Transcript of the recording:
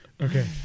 Okay